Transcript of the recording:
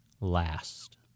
last